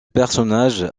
personnage